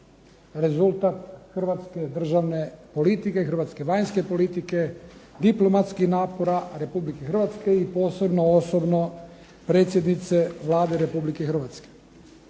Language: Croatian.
rezultat hrvatske državne politike, hrvatske vanjske politike, diplomatskih napora Republike Hrvatske i posebno osobno predsjednice Vlade Republike Hrvatske.